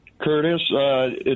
Curtis